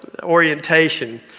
orientation